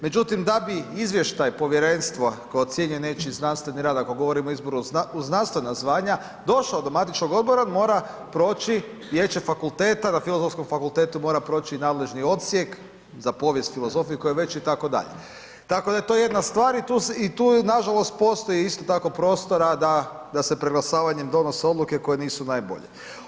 Međutim, da bi izvještaj povjerenstva koja ocjenjuje nečiji znanstveni rad, ako govorimo o izboru u znanstvena zvanja, došao do matičnog odbora, mora proći vijeće fakulteta, na Filozofskom fakultetu mora proći i nadležni odsjek za povijest, filozofiju, koju već, itd., tako da je to jedna stvar i tu nažalost postoji isto tako prostora da se preglasavanjem donose odluke koje nisu najbolje.